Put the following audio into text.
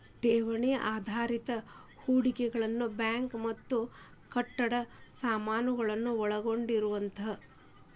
ಠೇವಣಿ ಆಧಾರಿತ ಹೂಡಿಕೆಗಳು ಬ್ಯಾಂಕ್ ಮತ್ತ ಕಟ್ಟಡ ಸಮಾಜಗಳನ್ನ ಒಳಗೊಂಡಿರ್ತವ